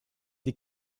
des